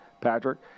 Patrick